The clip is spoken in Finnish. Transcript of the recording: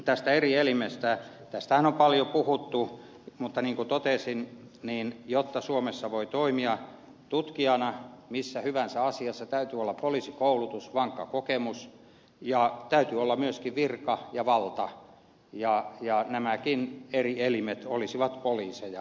tästä eri elimestähän on paljon puhuttu mutta niin kuin totesin jotta suomessa voi toimia tutkijana missä hyvänsä asiassa täytyy olla poliisikoulutus vankka kokemus ja täytyy olla myöskin virka ja valta ja nämäkin eri elimet olisivat poliiseja